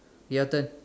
your turn